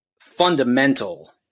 fundamental